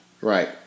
Right